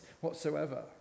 whatsoever